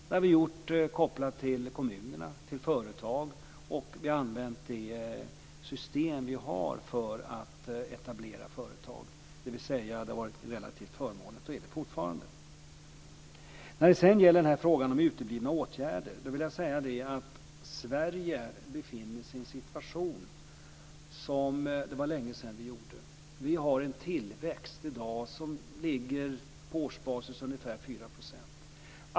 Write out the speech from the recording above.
Det har vi gjort kopplat till kommunerna och till företag. Vi har använt det system som finns för att etablera företag. Det har alltså varit relativt förmånligt och så är det fortfarande. När det sedan gäller frågan om uteblivna åtgärder vill jag säga att det är länge sedan Sverige befann sig i en situation som den vi nu befinner oss i. I dag ligger tillväxten på årsbasis på ungefär 4 %.